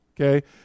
okay